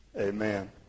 amen